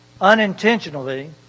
unintentionally